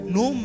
no